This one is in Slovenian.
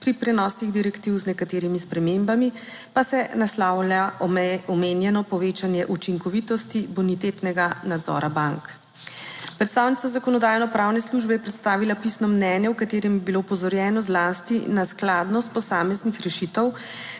pri prenosih direktiv z nekaterimi spremembami pa se naslavlja omenjeno povečanje učinkovitosti bonitetnega nadzora bank. Predstavnica Zakonodajno-pravne službe je predstavila pisno mnenje, v katerem je bilo opozorjeno zlasti na skladnost posameznih rešitev